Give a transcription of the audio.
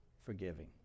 forgiving